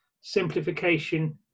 simplification